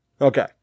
okay